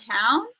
town